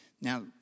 Now